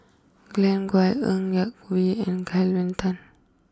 Glen Goei Ng Yak Whee and Kelvin Tan